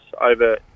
over